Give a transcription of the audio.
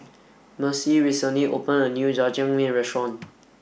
Mercy recently opened a new Jajangmyeon restaurant